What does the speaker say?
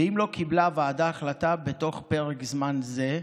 ואם לא קיבלה הוועדה החלטה בתוך פרק זמן זה,